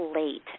late